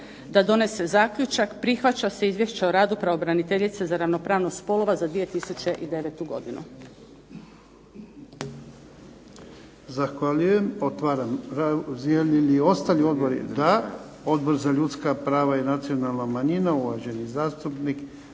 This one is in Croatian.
da donese zaključak: prihvaća se Izvješće o radu Pravobraniteljice za ravnopravnost spolova za 2009. godinu. **Jarnjak, Ivan (HDZ)** Zahvaljujem. Otvaram. Žele li ostali odbori? Da. Odbor za ljudska prava i nacionalna manjina, uvaženi zastupnik